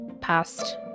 past